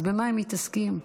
אז במה הם מתעסקים?